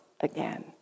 again